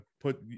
put